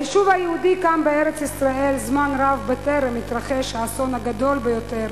היישוב היהודי קם בארץ-ישראל זמן רב בטרם התרחש האסון הגדול ביותר